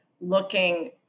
looking